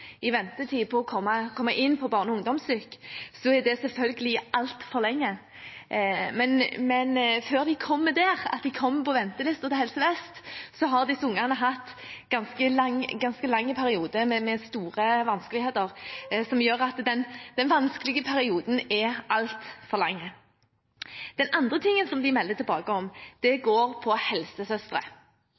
i ventetid på å komme inn på barne- og ungdomspsykiatrisk, er det selvfølgelig altfor lenge, men før disse ungene kommer dit at de kommer på ventelista til Helse Vest, har de hatt ganske lange perioder med store vanskeligheter, og den vanskelige perioden blir altfor lang. Det andre de melder tilbake om, går på helsesøstre.